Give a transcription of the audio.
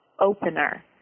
opener